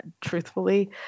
truthfully